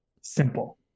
Simple